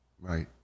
Right